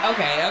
Okay